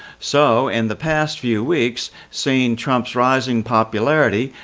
so in the past few weeks, seeing trump's rising popularity,